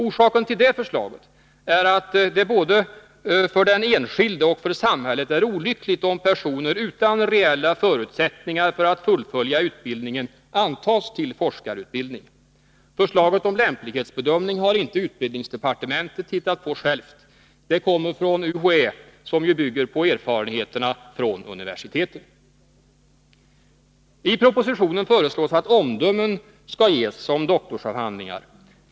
Orsaken till förslaget är att det både för den enskilde och för samhället är olyckligt om personer utan reella förutsättningar för att fullfölja utbildningen antas till forskarutbildning. Förslaget om lämplighetsbedömning har inte utbildningsdepartementet hittat på. Det kommer från UHÄ, som ju bygger på erfarenheterna från universiteten. I propositionen föreslås att omdömen skall ges om doktorsavhandlingar.